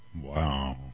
Wow